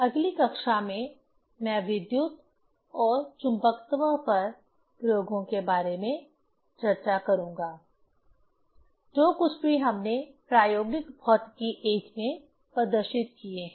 अगली कक्षा में मैं विद्युत और चुंबकत्व पर प्रयोगों के बारे में चर्चा करूँगा जो कुछ भी हमने प्रायोगिक भौतिकी I में प्रदर्शित किए हैं